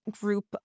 group